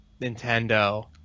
Nintendo